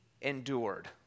endured